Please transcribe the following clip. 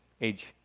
age